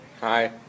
Hi